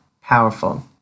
Powerful